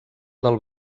del